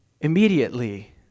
immediately